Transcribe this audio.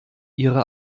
ihre